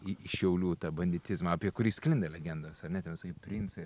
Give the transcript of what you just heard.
į į šiaulių tą banditizmą apie kurį sklinda legendos ar ne ten visokie princai